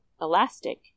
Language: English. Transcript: elastic